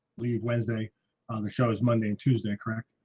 leave wednesday on the shows monday and tuesday, correct?